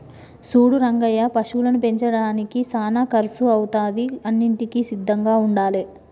సూడు రంగయ్య పశువులను పెంచడానికి సానా కర్సు అవుతాది అన్నింటికీ సిద్ధంగా ఉండాలే